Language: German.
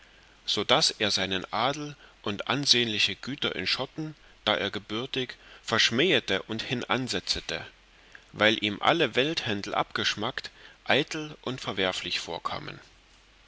so daß er seinen adel und ansehenliche güter in schotten da er gebürtig verschmähete und hindansetzete weil ihm alle welthändel abgeschmackt eitel und verwerflich vorkamen